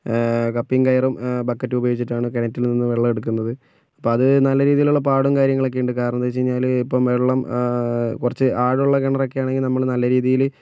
കപ്പിയും കയറും ബക്കറ്റും ഉപയോഗിച്ചിട്ടാണ് കിണറ്റിൽനിന്നും വെള്ളം എടുക്കുന്നത് ഇപ്പം അത് നല്ല രീതിയിലുള്ള പാടും കാര്യങ്ങളൊക്കെയുണ്ട് കാരണമെന്താണെന്ന് വെച്ച്കഴിഞ്ഞാൽ ഇപ്പം വെള്ളം കുറച്ച് ആഴമുള്ള കിണറൊക്കെ ആണെങ്കിൽ നമ്മൾ നല്ല രീതിയിൽ